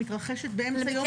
היא מתרחשת באמצע יום לימודים.